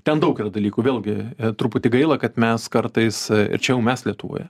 ten daug yra dalykų vėlgi truputį gaila kad mes kartais ir čia jau mes lietuvoje